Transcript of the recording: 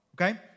okay